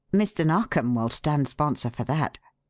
mr. narkom will stand sponsor for that.